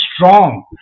strong